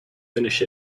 finish